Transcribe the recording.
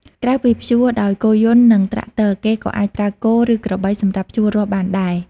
ក្រៅពីភ្ជួរដោយគោយន្តនឹងត្រាក់ទ័រ គេក៏អាចប្រើគោ ឬក្របីសម្រាប់ភ្ជួររាស់បានដែរ។